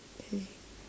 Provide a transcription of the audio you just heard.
okay